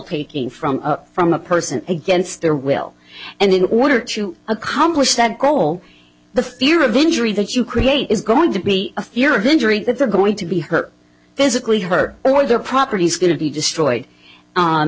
picking from from a person against their will and in order to accomplish that goal the fear of injury that you create is going to be a fear of injury that they're going to be hurt physically hurt or their property is going to be destroyed